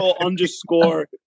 underscore